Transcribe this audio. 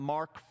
Mark